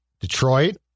Detroit